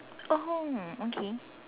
oh okay